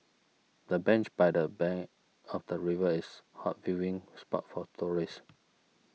the bench by the bank of the river is hot viewing spot for tourists